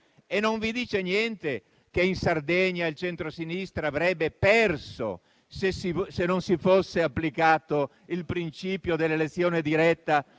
Non vi dice niente che in Sardegna il centrosinistra avrebbe perso, se non si fosse applicato il principio dell'elezione diretta